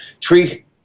treat